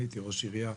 אני הייתי ראש עירייה.